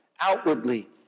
outwardly